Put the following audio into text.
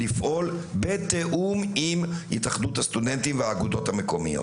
לפעול בתיאום עם התאחדות הסטודנטים והאגודות המקומיות.